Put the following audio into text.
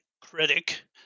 critic